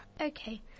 Okay